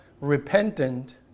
repentant